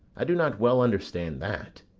i do not well understand that.